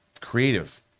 creative